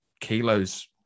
kilos